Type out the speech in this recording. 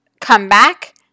comeback